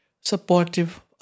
supportive